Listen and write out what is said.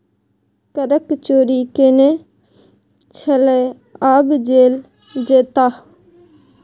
करक चोरि केने छलय आब जेल जेताह